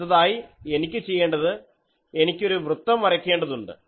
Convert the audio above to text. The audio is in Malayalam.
അടുത്തതായി എനിക്ക് ചെയ്യേണ്ടത് എനിക്കൊരു വൃത്തം വരയ്ക്കേണ്ടതുണ്ട്